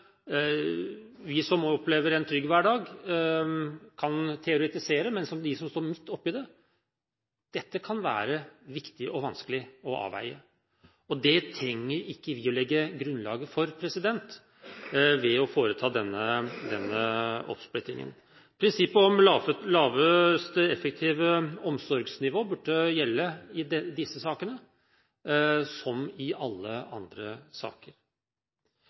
opplever en trygg hverdag, kan teoretisere, men som kan være viktig og vanskelig å avveie for dem som står midt oppi det. Det trenger ikke vi å legge grunnlaget for ved å foreta denne oppsplittingen. Prinsippet om laveste effektive omsorgsnivå burde gjelde i disse sakene som i alle andre saker.